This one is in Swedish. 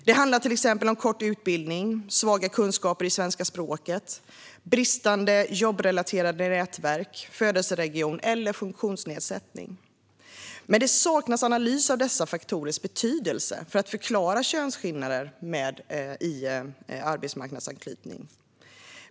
Det handlar till exempel om kort utbildning, svaga kunskaper i svenska språket, bristande jobbrelaterade nätverk, födelseregion eller funktionsnedsättning. Men det saknas analys av dessa faktorers betydelse för att förklara könsskillnader med arbetsmarknadsanknytning.